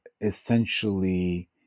essentially